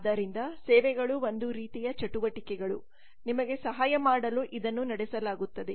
ಆದ್ದರಿಂದ ಸೇವೆಗಳು ಒಂದು ರೀತಿಯ ಚಟುವಟಿಕೆಗಳು ನಿಮಗೆ ಸಹಾಯ ಮಾಡಲು ಇದನ್ನು ನಡೆಸಲಾಗುತ್ತದೆ